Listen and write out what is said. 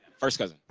first cousin.